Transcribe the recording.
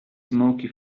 smoky